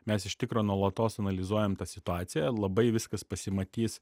mes iš tikro nuolatos analizuojam tą situaciją labai viskas pasimatys